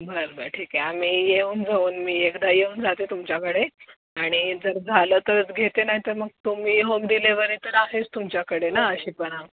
बरं बरं ठीक आहे आम्ही येऊन जाऊन मी एकदा येऊन जाते तुमच्याकडे आणि जर झालं तर घेते ना तर मग तुम्ही होम डिलेव्हरी तर आहेच तुमच्याकडे ना अशी पण